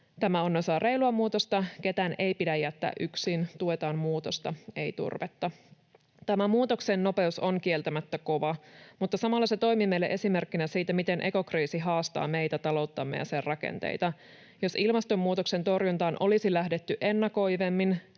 Tämä on osa reilua muutosta. Ketään ei pidä jättää yksin. Tuetaan muutosta, ei turvetta. Tämän muutoksen nopeus on kieltämättä kova, mutta samalla se toimii meille esimerkkinä siitä, miten ekokriisi haastaa meitä, talouttamme ja sen rakenteita. Jos ilmastonmuutoksen torjuntaan olisi lähdetty ennakoivammin,